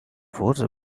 force